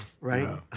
Right